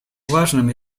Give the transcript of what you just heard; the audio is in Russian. важным